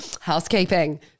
Housekeeping